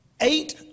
Eight